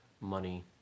Money